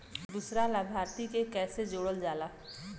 दूसरा लाभार्थी के कैसे जोड़ल जाला?